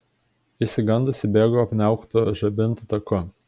išsigandusi bėgu apniauktu žibintų taku